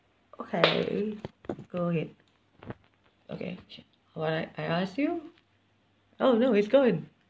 okay go ahead okay what I ask you oh no it's gone